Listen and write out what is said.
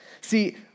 See